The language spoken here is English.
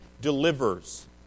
delivers